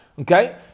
Okay